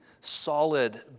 solid